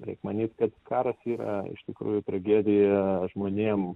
reik manyt kad karas yra iš tikrųjų tragedija žmonėm